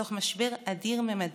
בתוך משבר אדיר ממדים,